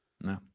no